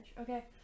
Okay